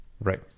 Right